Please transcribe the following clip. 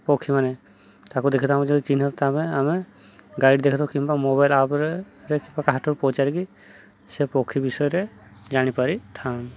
ପକ୍ଷୀମାନେ ତାକୁ ଦେଖିଥାଉଁ ଯେ ଯଦି ଚିହ୍ନ ଆମେ ଆମେ ଗାଇଡ଼ ଦେଖିଥାଉ କିମ୍ବା ମୋବାଇଲ ଆପ୍ରେ କିମ୍ବା କାହାଠାରୁ ପଚାରିକି ସେ ପକ୍ଷୀ ବିଷୟରେ ଜାଣିପାରିଥାଉଁ